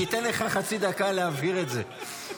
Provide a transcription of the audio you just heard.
אני אתן לך חצי דקה להבהיר את זה.